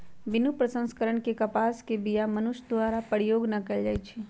बिनु प्रसंस्करण के कपास के बीया मनुष्य द्वारा प्रयोग न कएल जाइ छइ